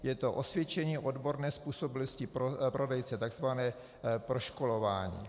Je to osvědčení odborné způsobilosti prodejce, tzv. proškolování.